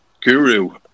Guru